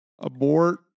Abort